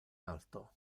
alto